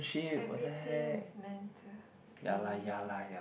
everything is meant to be